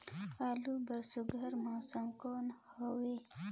आलू बर सुघ्घर मौसम कौन हवे?